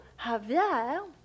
Javier